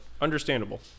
understandable